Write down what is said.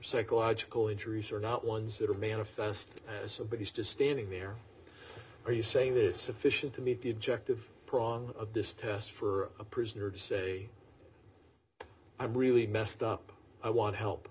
psychological injuries are not ones that are manifest so but he's just standing there are you saying that is sufficient to meet the objective prong of this test for a prisoner to say i'm really messed up i want help